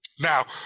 Now